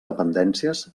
dependències